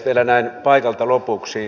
vielä näin paikalta lopuksi